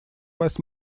was